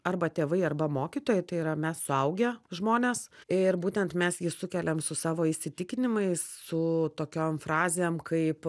arba tėvai arba mokytojai tai yra mes suaugę žmonės ir būtent mes jį sukeliam su savo įsitikinimais su tokiom frazėm kaip